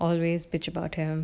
always bitch about him